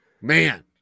man